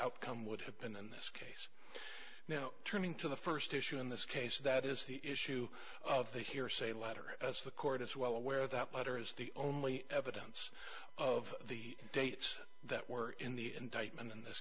outcome would have been in this case now turning to the first issue in this case that is the issue of the hearsay letter as the court is well aware that letters the only evidence of the dates that were in the indictment in this